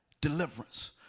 deliverance